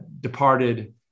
departed